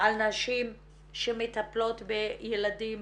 על נשים שמטפלות בילדים